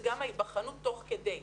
זאת גם ההיבחנות תוך כדי.